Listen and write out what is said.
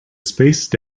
spaced